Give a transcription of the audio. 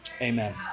Amen